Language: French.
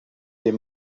des